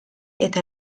eta